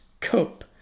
cope